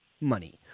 money